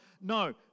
No